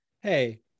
hey